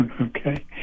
Okay